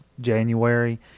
January